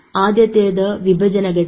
ആദ്യത്തേത് വിഭജന ഘട്ടം